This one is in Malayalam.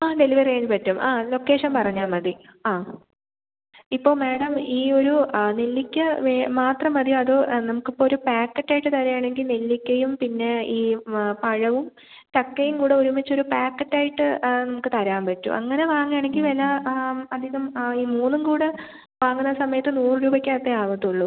ആ ഡെലിവറി അതിന് പറ്റും ആ ലൊക്കേഷൻ പറഞ്ഞാൽ മതി ആ ഇപ്പോൾ മേഡം ഈ ഒരു ആ നെല്ലിക്ക വേ മാത്രം മതിയോ അതോ നമുക്ക് ഇപ്പോൾ ഒരു പാക്കറ്റായിട്ട് തരുകയാണെങ്കിൽ നെല്ലിക്കയും പിന്നെ ഈ പഴവും ചക്കയും കൂടെ ഒരുമിച്ചൊരു പാക്കറ്റായിട്ട് നമുക്ക് തരാൻ പറ്റും അങ്ങനെ വാങ്ങാണെങ്കിൽ വില ആ അധികം ആ ഈ മൂന്നും കൂടെ വാങ്ങുന്ന സമയത്ത് നൂറ് രൂപക്കകത്തെ ആവത്തൊള്ളു